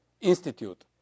Institute